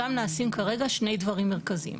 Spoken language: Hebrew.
שם נעשים כרגע שני דברים מרכזיים.